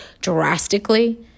drastically